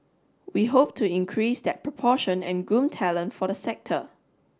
we hope to increase that proportion and groom talent for the sector